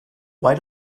why